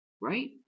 right